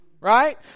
Right